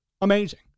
amazing